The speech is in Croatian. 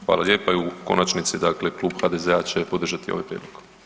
Hvala lijepa i u konačnici dakle Klub HDZ-a će podržati ovaj prijedlog.